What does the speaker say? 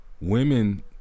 Women